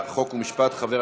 2016, נתקבלה.